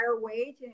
wage